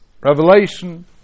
Revelation